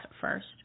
first